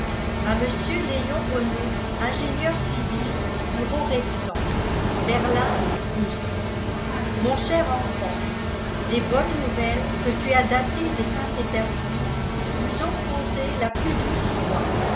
à monsieur léon renault ingénieur civil bureau restant berlin prusse mon cher enfant les bonnes nouvelles que tu as datées de saint-pétersbourg nous ont causé la plus douce joie